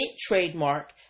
trademark